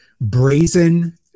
brazen